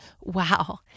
Wow